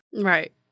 Right